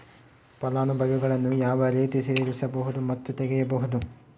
ಫಲಾನುಭವಿಗಳನ್ನು ಯಾವ ರೇತಿ ಸೇರಿಸಬಹುದು ಮತ್ತು ತೆಗೆಯಬಹುದು?